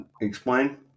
Explain